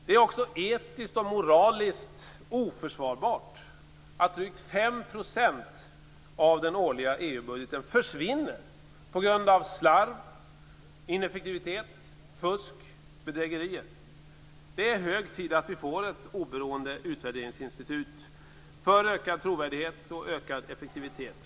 Det är också etiskt och moraliskt oförsvarbart att drygt 5 % av den årliga EU-budgeten försvinner på grund av slarv, ineffektivitet, fusk och bedrägerier. Det är nu hög tid att vi får ett oberoende utvärderingsinstitut för ökad trovärdighet och ökad effektivitet.